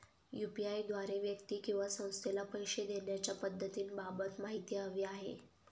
UPI द्वारे व्यक्ती किंवा संस्थेला पैसे देण्याच्या पद्धतींबाबत माहिती हवी आहे